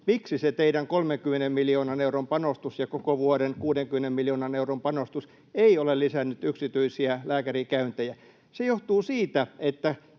miksi se teidän 30 miljoonan euron panostus ja koko vuoden 60 miljoonan euron panostus ei ole lisännyt yksityisiä lääkärikäyntejä. Se johtuu siitä,